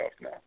now